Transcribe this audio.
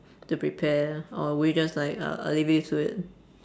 to prepare or would you just like uh I'll leave you to it